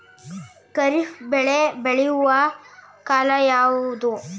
ಖಾರಿಫ್ ಬೆಳೆ ಬೆಳೆಯುವ ಕಾಲ ಯಾವುದು?